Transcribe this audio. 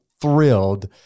thrilled